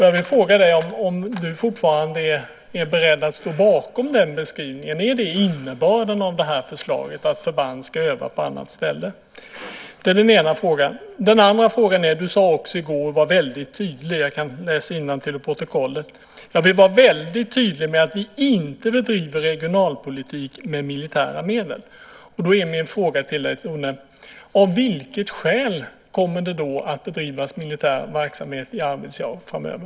Jag vill fråga dig om du fortfarande är beredd att stå bakom den beskrivningen. Är det innebörden av det här förslaget att förband ska öva på annat ställe? Det är den ena frågan. Den andra frågan gäller en sak som du också sade i går. Du var väldigt tydlig, så jag ska läsa innantill ur protokollet: Jag vill "vara väldigt tydlig med att vi inte bedriver regionalpolitik med militära medel". Då är min fråga: Av vilket skäl kommer det då att bedrivas militär verksamhet i Arvidsjaur framöver?